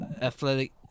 athletic